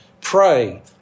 pray